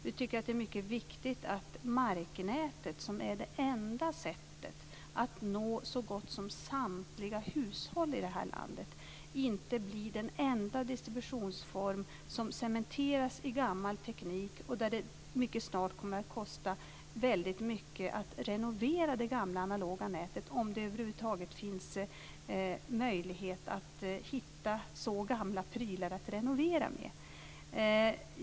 Vi tycker att det är mycket viktigt att marknätet, som är det enda sättet att nå så gott som samtliga hushåll i landet, inte blir den enda distributionsformen som cementeras i gammal teknik. Det kommer också mycket snart att kosta väldigt mycket att renovera det gamla analoga nätet, om det över huvud taget går att hitta så gamla prylar att renovera med.